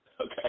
Okay